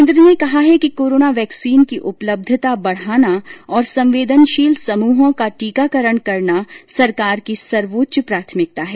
केन्द्र ने कहा है कि कोरोना वैक्सीन की उपलब्धता बढ़ाना और संवेदनशील समूहों का टीकाकरण पूरा करना सरकार की सर्वोच्च प्राथमिकता है